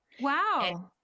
Wow